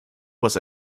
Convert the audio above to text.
was